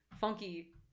funky